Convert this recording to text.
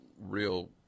real